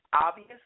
obvious